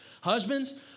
Husbands